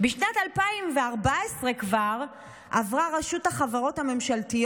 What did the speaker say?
כבר בשנת 2014 עברה רשות החברות הממשלתיות